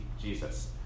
Jesus